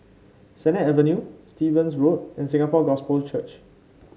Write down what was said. Sennett Avenue Stevens Road and Singapore Gospel Church